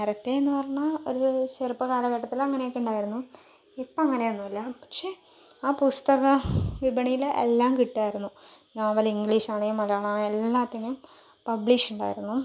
നേരത്തേന്ന് പറഞ്ഞാൽ ഒരു ചെറുപ്പ കാലഘട്ടത്തില് അങ്ങനേക്കെ ഉണ്ടായിരുന്നു ഇപ്പം അങ്ങനിയൊന്നും ഇല്ല പക്ഷെ ആ പുസ്തക വിപണിയില് എല്ലാം കിട്ടുവായിരുന്നു നോവൽ ഇംഗ്ലീഷ് ആണേൽ മലയാളം ആണേൽ എല്ലാത്തിനും പബ്ലിഷ് ഉണ്ടായിരുന്നു